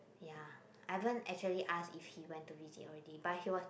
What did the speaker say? ya I haven't actually ask if he went to visit already but he was